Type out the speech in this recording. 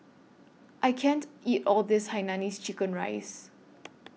I can't eat All of This Hainanese Chicken Rice